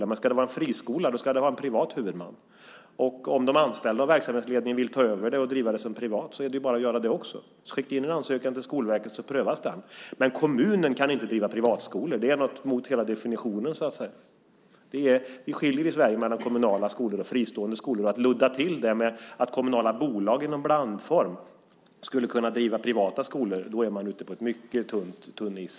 Om det däremot ska vara en friskola ska det också ha en privat huvudman. Om de anställda och verksamhetsledningen vill ta över och driva den som privat skola är det bara att göra det. Skicka in en ansökan till Skolverket så prövas den! Kommunen kan inte driva privatskolor. Det strider mot hela definitionen. Vi skiljer i Sverige mellan kommunala skolor och fristående skolor, och om man luddar till det hela genom att kommunala bolag i någon blandform skulle kunna driva privata skolor är man ute på mycket tunn is.